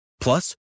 Plus